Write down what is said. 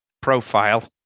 profile